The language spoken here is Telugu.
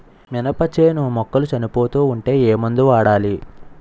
మినప చేను మొక్కలు చనిపోతూ ఉంటే ఏమందు వాడాలి?